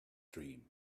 dream